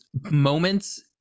moments